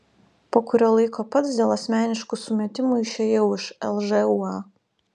po kurio laiko pats dėl asmeniškų sumetimų išėjau iš lžūa